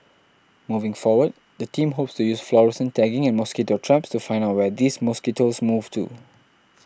moving forward the team hopes to use fluorescent tagging and mosquito traps to find out where these mosquitoes move to